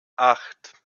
acht